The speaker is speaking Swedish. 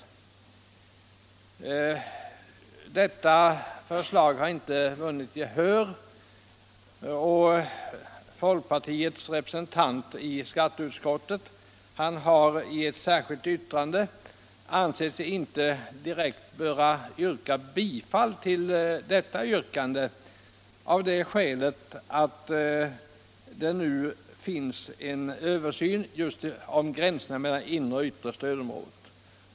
Detta förslag har inte vunnit gehör, och folkpartiets representant i skatteutskottet har i ett särskilt yttrande förklarat att han inte ansett sig böra yrka bifall till motionen, av det skälet att det nu pågår en översyn av gränserna mellan det inre och det allmänna stödområdet.